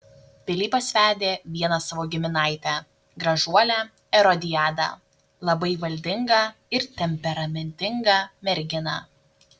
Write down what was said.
pilypas vedė vieną savo giminaitę gražuolę erodiadą labai valdingą ir temperamentingą merginą